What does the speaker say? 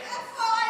איפה?